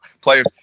players